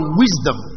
wisdom